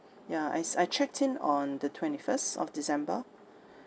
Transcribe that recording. ya I s~ I checked in on the twenty first of december